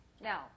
Now